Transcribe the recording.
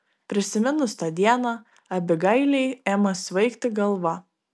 prisiminus tą dieną abigailei ėmė svaigti galva